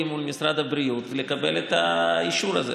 מול משרד הבריאות לקבל את האישור הזה.